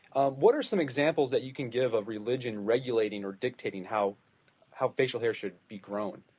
ah what are some examples that you can give of religion regulating or dictating how how facial hair should be grown?